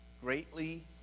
greatly